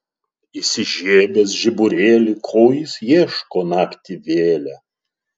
įsižiebęs žiburėlį ko jis ieško naktį vėlią